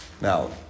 Now